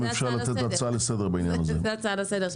זאת הצעה לסדר.